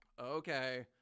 okay